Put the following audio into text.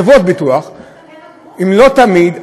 לא תמיד,